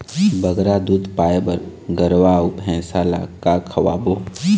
बगरा दूध पाए बर गरवा अऊ भैंसा ला का खवाबो?